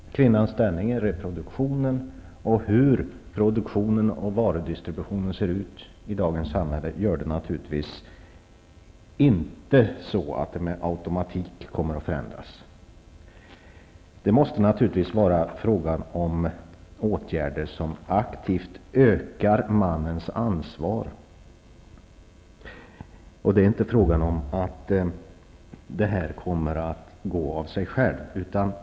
Kvinnors ställning i reproduktionen och utformningen av produktionen och varudistributionen i dagens samhälle bidrar naturligtvis inte till att förhållandena med automatik kommer att förändras. Det måste naturligtvis komma till åtgärder som aktivt ökar männens ansvar. Det kommer inte att gå av sig självt.